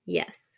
yes